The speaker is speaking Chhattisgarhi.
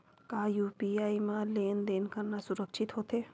का यू.पी.आई म लेन देन करना सुरक्षित होथे?